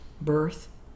Birth